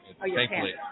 thankfully